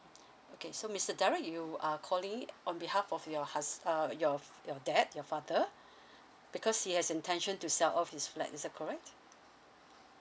okay so mister derrick you are calling on behalf of your hus~ uh your your dad your father because he has intention to sell off his flat is that correct